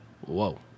Whoa